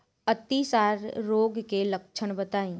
अतिसार रोग के लक्षण बताई?